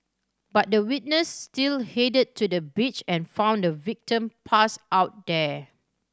but the witness still headed to the beach and found the victim passed out there